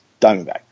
Diamondback